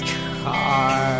car